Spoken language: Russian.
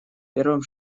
первым